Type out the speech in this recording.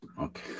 Okay